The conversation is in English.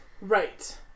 Right